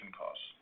costs